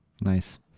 Nice